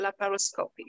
laparoscopy